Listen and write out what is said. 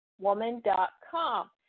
woman.com